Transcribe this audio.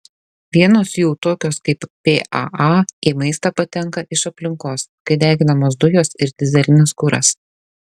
vienos jų tokios kaip paa į maistą patenka iš aplinkos kai deginamos dujos ir dyzelinis kuras